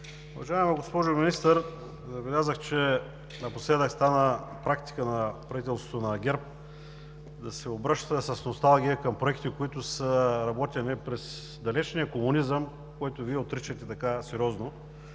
Уважаема госпожо Министър, забелязах, че напоследък стана практика на правителството на ГЕРБ да се обръща с носталгия към проектите, които са работени през далечния комунизъм, който Вие отричате така сериозно.